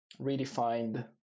redefined